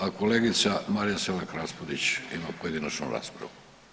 A kolegica Marija Selak Raspudić ima pojedinačnu raspravu.